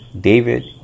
David